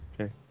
Okay